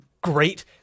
Great